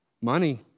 money